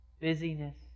Busyness